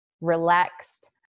relaxed